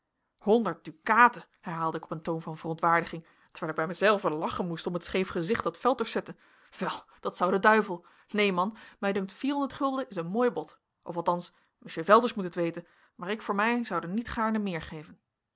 honderd dukaten herhaalde ik op een toon van verontwaardiging terwijl ik bij mijzelven lachen moest om het scheef gezicht dat velters zette wel dat zou de duivel neen man mij dunkt is een mooi bod of althans monsieur velters moet het weten maar ik voor mij zoude niet gaarne meer geven